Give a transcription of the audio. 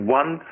one